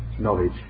knowledge